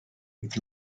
with